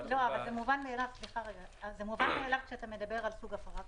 זה מובן מאליו כשאתה מדבר על סוג הפרה כזה.